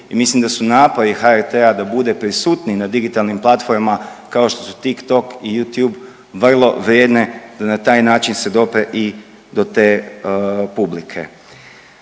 mislim da su napori HRT-a da bude prisutniji na digitalnim platforma, kao što su Tik Tok i Yotube vrlo vrijedne i na taj način se dopre i do te publike.